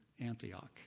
Antioch